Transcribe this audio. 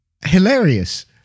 Hilarious